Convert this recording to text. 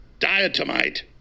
diatomite